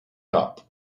cup